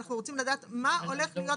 אנחנו רוצים לדעת מה הולך להיות חדש.